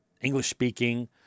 English-speaking